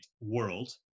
world